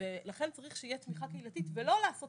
ולכן צריך שתהיה תמיכה קהילתית ולא לעשות